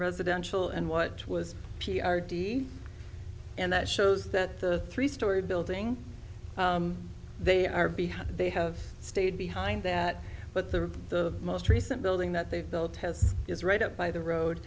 residential and what was p r t and that shows that the three story building they are behind they have stayed behind that but the the most recent building that they've built has is right up by the road